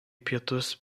pietus